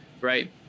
right